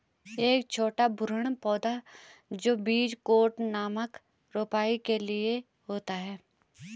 एक छोटा भ्रूण पौधा जो बीज कोट नामक रोपाई के लिए होता है